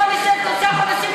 בוא נשב שלושה חודשים,